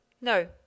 No